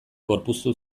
gorpuztu